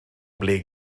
ble